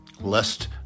lest